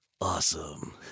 awesome